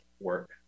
work